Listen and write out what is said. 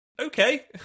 okay